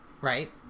right